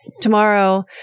tomorrow